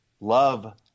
love